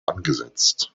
angesetzt